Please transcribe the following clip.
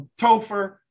Topher